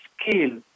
scale